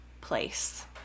place